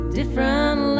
different